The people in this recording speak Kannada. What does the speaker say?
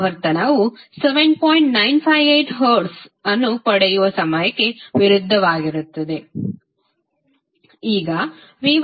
958 ಹರ್ಟ್ಜ್ ಅನ್ನು ಪಡೆಯುವ ಸಮಯಕ್ಕೆ ವಿರುದ್ಧವಾಗಿರುತ್ತದೆ